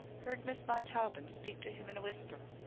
heard miss montaubyn speak to him in a whisper.